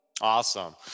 Awesome